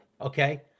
Okay